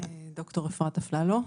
דוקטור אפרת אפללו.